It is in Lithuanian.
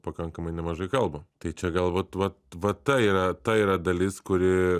pakankamai nemažai kalbam tai čia gal vat vat va ta yra ta yra dalis kuri